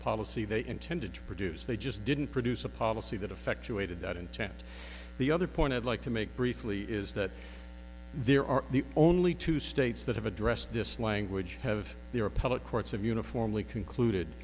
policy they intended to produce they just didn't produce a policy that affects the way to that intent the other point i'd like to make briefly is that there are only two states that have addressed this language have their appellate courts have uniformly concluded